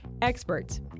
experts